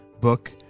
book